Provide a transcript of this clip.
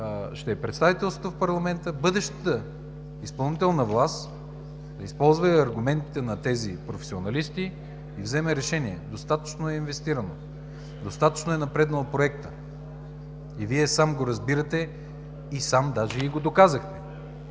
ще е представителството в парламента, бъдещата изпълнителна власт да използва аргументите на тези професионалисти и вземе решение. Достатъчно е инвестирано. Достатъчно е напреднал проектът и Вие сам го разбирате, сам даже го доказахте.